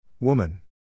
Woman